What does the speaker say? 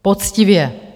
Poctivě.